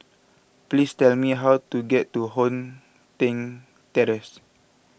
please tell me how to get to Hong San Terrace